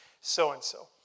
so-and-so